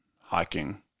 hiking